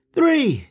Three